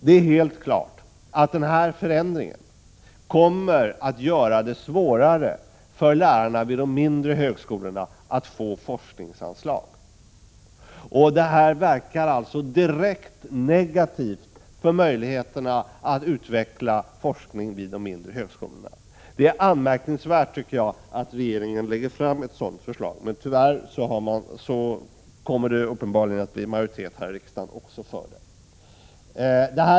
Det är helt klart att denna förändring kommer att göra det svårare för lärarna vid de mindre högskolorna att få forskningsanslag och att den kommer att verka direkt negativt på möjligheterna att utveckla forskning vid de mindre högskolorna. Det är anmärkningsvärt att regeringen lägger fram ett sådant förslag. Tyvärr kommer det uppenbarligen att bli majoritet för det också här i riksdagen.